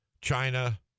China